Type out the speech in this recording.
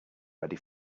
ready